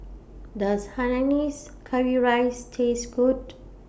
Does Hainanese Curry Rice Taste Good